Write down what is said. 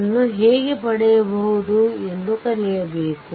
ಅನ್ನು ಹೇಗೆ ಪಡೆಯುವುದು ಎಂದು ಕಲಿಯಬೇಕು